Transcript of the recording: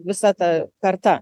visa ta karta